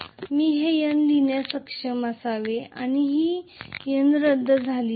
आणि मी हे N लिहिण्यास सक्षम असावे आणि ही N रद्द झाली आहे